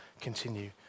continue